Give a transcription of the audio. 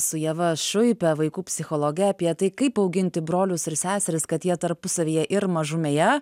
su ieva šuipe vaikų psichologe apie tai kaip auginti brolius ir seseris kad jie tarpusavyje ir mažumėje